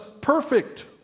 perfect